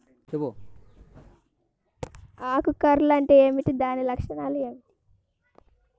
ఆకు కర్ల్ అంటే ఏమిటి? దాని లక్షణాలు ఏమిటి?